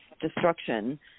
destruction